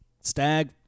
stag